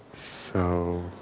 so